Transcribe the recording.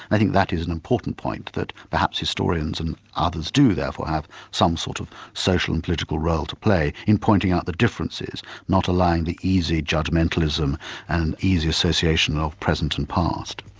i think that is an important point, that perhaps historians and others do therefore have some sort of social and political role to play in pointing out the differences, not allowing the easy judgmentalism and easy association of present and past.